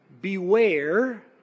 Beware